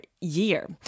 year